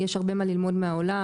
יש הרבה מה ללמוד מהעולם,